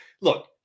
look